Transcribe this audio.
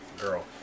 girl